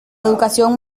educación